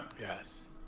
Yes